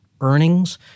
earnings